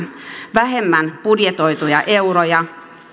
vähemmän budjetoituja euroja